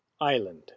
Island